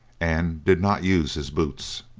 and did not use his boots.